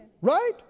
Right